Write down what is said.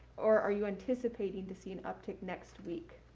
or are you anticipating to see an uptick next week?